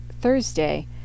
Thursday